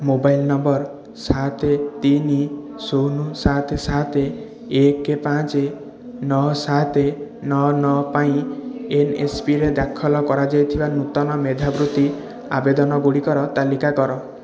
mobile number ସାତ ତିନି ଶୂନ ସାତ ସାତ ଏକ ପାଞ୍ଚ ନଅ ସାତ ନଅ ନଅ ପାଇଁ ଏନ୍ଏସ୍ପିରେ ଦାଖଲ କରାଯାଇଥିବା ନୂତନ ମେଧାବୃତ୍ତି ଆବେଦନ ଗୁଡ଼ିକର ତାଲିକା କର